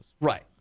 Right